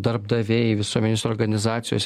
darbdaviai visuomenės organizacijos